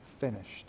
finished